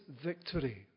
victory